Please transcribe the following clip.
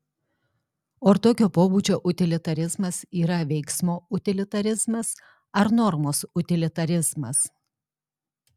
o ar tokio pobūdžio utilitarizmas yra veiksmo utilitarizmas ar normos utilitarizmas